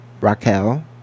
Raquel